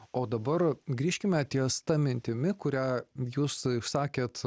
o dabar grįžkime ties ta mintimi kurią jūs išsakėt